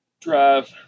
drive